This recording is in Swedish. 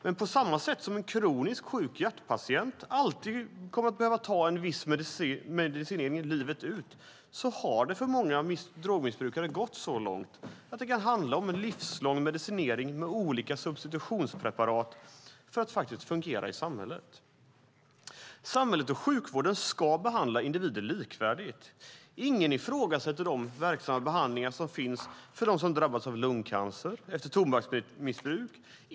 Men på samma sätt som en kroniskt sjuk hjärtpatient alltid kommer att behöva ta en viss medicinering livet ut har det för många drogmissbrukare gått så långt att det kan handla om en livslång medicinering med olika substitutionspreparat för att de ska fungera i samhället. Samhället och sjukvården ska behandla individer likvärdigt. Ingen ifrågasätter de verksamma behandlingar som finns för dem som drabbats av lungcancer efter tobaksmissbruk.